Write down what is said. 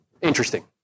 Interesting